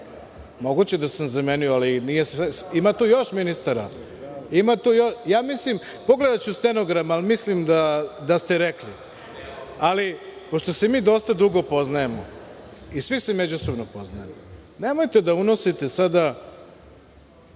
moguće je da sam zamenio, ali ima tu još ministara. Pogledaću stenogram, ali mislim da ste rekli. Ali, pošto se mi dosta dugo poznajemo i svi se međusobno poznajemo, nemojte da unosite sada